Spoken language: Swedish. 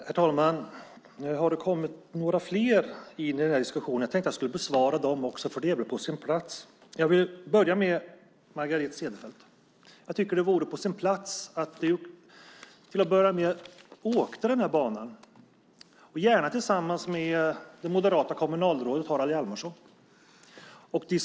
Herr talman! Nu har det kommit några fler in i diskussionen. Jag tänkte att jag skulle besvara dem också; det är väl på sin plats. Jag börjar med Margareta Cederfelt. Jag tycker att det vore lämpligt att du till och börja med åkte den här banan, gärna tillsammans med det moderata kommunalrådet Harald Hjalmarsson.